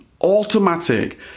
automatic